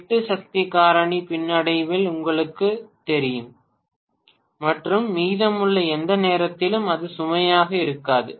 8 சக்தி காரணி பின்னடைவில் உங்களுக்குத் தெரியும் மற்றும் மீதமுள்ள எந்த நேரத்திலும் அது சுமையாக இருக்காது